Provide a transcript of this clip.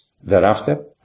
Thereafter